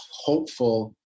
hopeful